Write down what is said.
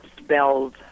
Spelled